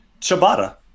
Ciabatta